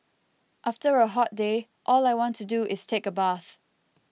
after a hot day all I want to do is take a bath